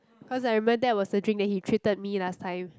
cause I remember that was the drink that he treated me last time